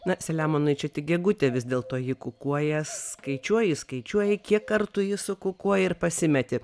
na selemonui čia tik gegutė vis dėlto ji kukuoja skaičiuoji skaičiuoji kiek kartų ji sukukuoja ir pasimeti